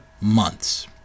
months